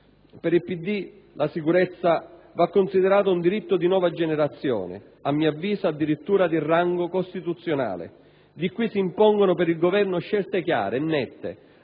Democratico la sicurezza va considerata un diritto di nuova generazione, a mio avviso addirittura di rango costituzionale. Da qui si impongono al Governo scelte chiare e nette: